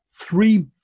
three